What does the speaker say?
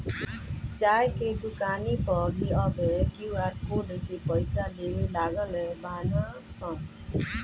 चाय के दुकानी पअ भी अब क्यू.आर कोड से पईसा लेवे लागल बानअ सन